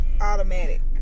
automatic